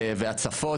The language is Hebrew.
והצפות,